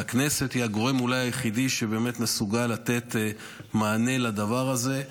והכנסת היא אולי הגורם היחידי שבאמת מסוגל לתת מענה לדבר הזה.